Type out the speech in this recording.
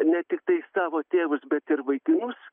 ne tiktai savo tėvus bet ir vaikinus